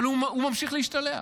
אבל הוא ממשיך להשתלח.